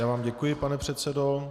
Já vám děkuji, pane předsedo.